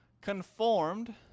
conformed